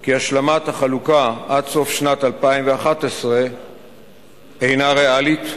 כי השלמת החלוקה עד סוף שנת 2011 אינה ריאלית,